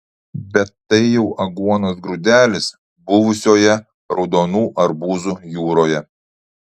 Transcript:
bet tai jau aguonos grūdelis buvusioje raudonų arbūzų jūroje